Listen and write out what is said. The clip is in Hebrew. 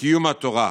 קיום התורה.